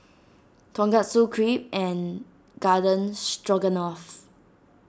Tonkatsu Crepe and Garden Stroganoff